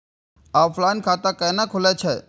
Offline खाता कैना खुलै छै?